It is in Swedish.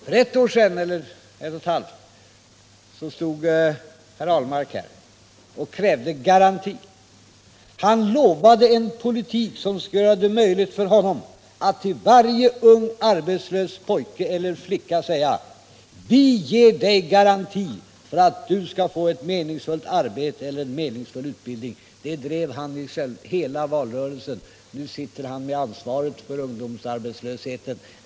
För ett och ett halvt år sedan stod herr Ahlmark här och lovade en politik som skulle göra det möjligt för honom att till varje ung arbetslös pojke eller flicka säga: vi ger dig garanti för att du skall få ett meningsfullt arbete eller en meningsfull utbildning. Detta löfte upprepade han under hela valrörelsen, men nu sitter han med huvudansvaret för ungdomsarbetslösheten.